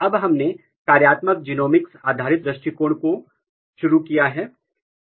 अब हमने कार्यात्मक जीनोमिक्स आधारित दृष्टिकोण को शुरू करेंगे